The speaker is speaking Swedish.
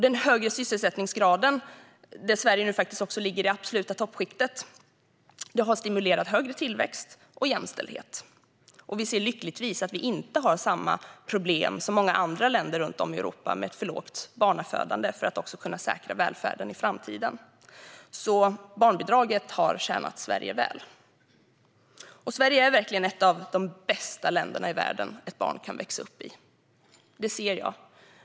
Den högre sysselsättningsgraden - Sverige ligger nu i det absoluta toppskiktet - har stimulerat högre tillväxt och jämställdhet. Vi ser lyckligtvis att vi inte har samma problem som många andra länder runt om i Europa har, med ett för lågt barnafödande för att kunna säkra välfärden i framtiden. Barnbidraget har tjänat Sverige väl. Sverige är verkligen ett av de bästa länderna i världen för ett barn att växa upp i. Det ser jag.